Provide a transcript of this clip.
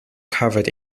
covered